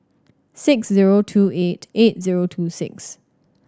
six zero two eight eight zero two six